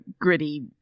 gritty